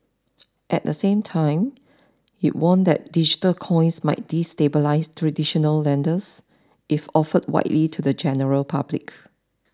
at the same time it warned that digital coins might destabilise traditional lenders if offered widely to the general public